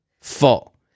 full